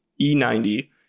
E90